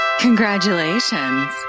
congratulations